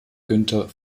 günter